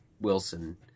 Wilson